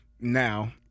now